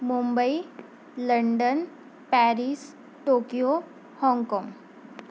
Mumbai London Paris Tokyo Hong Kong